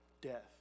death